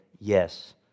yes